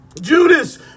Judas